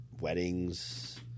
weddings